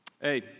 hey